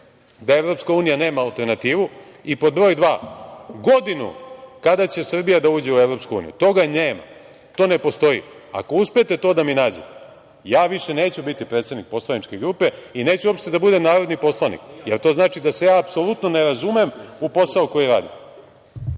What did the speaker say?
da EU nema alternativu i, pod broj dva, godinu kada će Srbija da uđe u EU? Toga nema, to ne postoji. Ako uspete to da mi nađete, ja više neću biti predsednik poslaničke grupe i uopšte neću da budem narodni poslanik, jer to znači da se ja apsolutno ne razumem u posao koji radim.